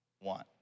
want